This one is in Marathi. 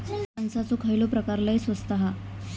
कणसाचो खयलो प्रकार लय स्वस्त हा?